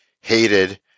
hated